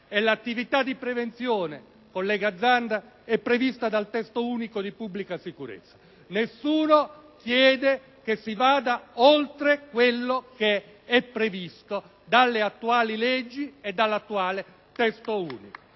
L'attività di prevenzione, collega Zanda, è prevista dal testo unico di pubblica sicurezza: nessuno chiede che si vada oltre quello che è previsto dalle attuali leggi e dall'attuale testo unico.